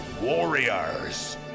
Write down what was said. Warriors